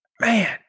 Man